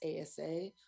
ASA